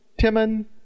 Timon